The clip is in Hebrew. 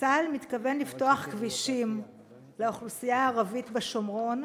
צה"ל מתכוון לפתוח כבישים לאוכלוסייה הערבית בשומרון